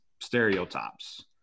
stereotypes